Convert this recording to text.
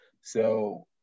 So-